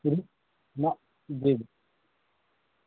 ج نہ جی